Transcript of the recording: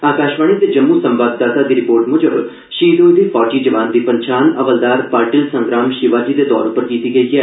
आकाशवाणी दे जम्मू संवाददाता दी रिपोर्ट म्जब शहीद होए दे फौजी जवान दी पन्छान हवलदार पाटिल संग्राम शिवाजी दे तौर उप्पर कीती गेई ऐ